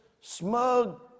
smug